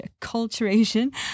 acculturation